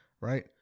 Right